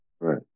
Right